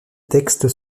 textes